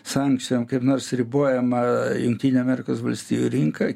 sankcijom kaip nors ribojama jungtinių amerikos valstijų rinka